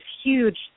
huge